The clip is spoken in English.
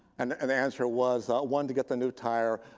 and the and answer was one to get the new tire,